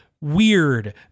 weird